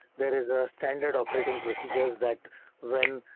there is a standard operating procedures that when.